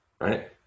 right